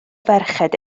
ferched